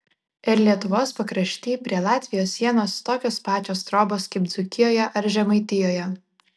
ir lietuvos pakrašty prie latvijos sienos tokios pačios trobos kaip dzūkijoje ar žemaitijoje